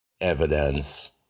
evidence